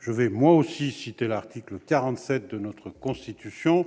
Je vais moi aussi citer l'article 47-2 de la Constitution